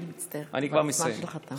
אני מצטערת, הזמן שלך תם.